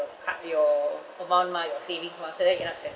pa~ your amount mah your savings mah so that you cannot save